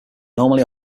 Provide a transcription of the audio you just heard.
normally